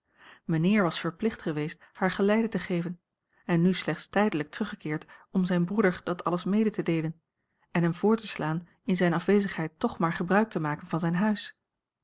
mijnheer was verplicht geweest haar geleide te geven en nu slechts tijdelijk teruggekeerd om zijn broeder dat alles mee te deelen en hem voor te slaan in zijne afwezigheid toch maar gebruik te maken van zijn huis